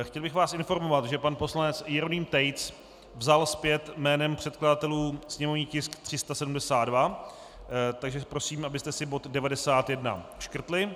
Chtěl bych vás informovat, že pan poslanec Jeroným Tejc vzal zpět jménem předkladatelů sněmovní tisk 372, takže prosím, abyste si bod 91 škrtli.